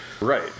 Right